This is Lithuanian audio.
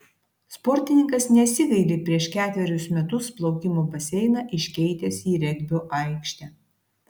sportininkas nesigaili prieš ketverius metus plaukimo baseiną iškeitęs į regbio aikštę